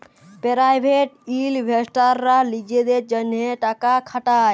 private ইলভেস্টাররা লিজেদের জ্যনহে টাকা খাটায়